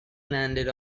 landed